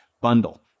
bundle